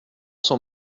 sont